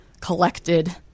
collected